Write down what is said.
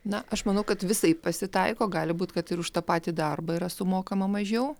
na aš manau kad visaip pasitaiko gali būt kad ir už tą patį darbą yra sumokama mažiau